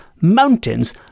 mountains